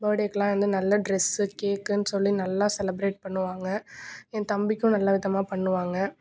பேர்ட்டேக்குலாம் வந்து நல்ல ட்ரெஸ்ஸு கேக்குன்னு சொல்லி நல்லா செலிப்ரேட் பண்ணுவாங்க என் தம்பிக்கும் நல்ல விதமாக பண்ணுவாங்க